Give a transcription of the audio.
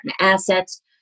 assets